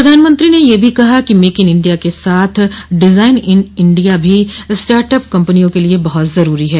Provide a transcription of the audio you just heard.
प्रधानमंत्री ने यह भी कहा कि मेक इन इंडिया के साथ साथ डिजाइन इन इंडिया भी स्टार्टअप कम्पनियों के लिए बहुत जरूरी है